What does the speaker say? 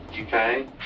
Okay